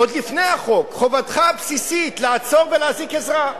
עוד לפני החוק, חובתך הבסיסית לעצור ולהזעיק עזרה.